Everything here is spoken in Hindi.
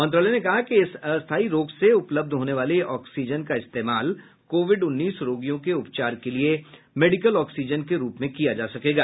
मंत्रालय ने कहा कि इस अस्थाई रोक से उपलब्ध होने वाली ऑक्सीजन का इस्तेमाल कोविड उन्नीस रोगियों के उपचार के लिए मेडिकल ऑक्सीजन के रूप में किया जा सकेगा